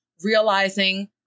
realizing